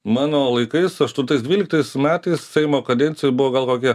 mano laikais aštuntais dvyliktais metais seimo kadencijoj buvo gal kokie